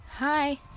hi